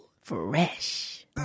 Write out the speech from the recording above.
Fresh